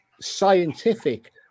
scientific